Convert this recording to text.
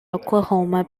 oklahoma